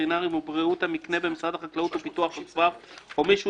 הווטרינריים ובריאות המקנה במשרד החקלאות ופיתוח הכפר או מי שהוא